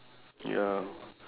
ya